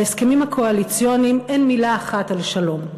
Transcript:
בהסכמים הקואליציוניים אין מילה אחת על שלום.